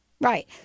Right